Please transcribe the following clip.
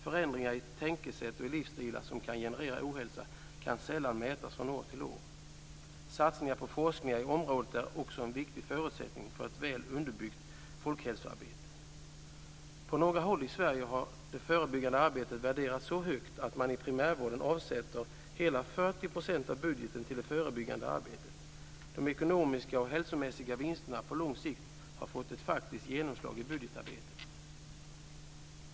Förändringar i tänkesätt och livsstilar som kan generera ohälsa kan sällan mätas från år till år. Satsningar på forskning på området är också en viktig förutsättning för ett reellt underbyggt folkhälsoarbete. På några håll i Sverige har det förebyggande arbetet värderats så högt att man i primärvården avsätter hela 40 % av budgeten till det förebyggande arbetet. De ekonomiska och hälsomässiga vinsterna på lång sikt har fått ett faktiskt genomslag i budgetarbetet.